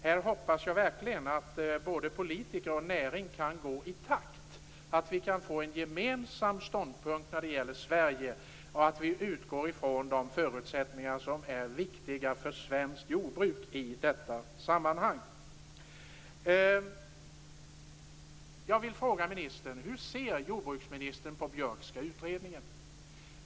Här hoppas jag verkligen att både politiker och näring kan gå i takt, så att vi kan få en gemensam ståndpunkt när det gäller Sverige, och att vi utgår från de förutsättningar som är viktiga för svenskt jordbruk. Björkska utredningen.